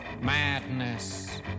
Madness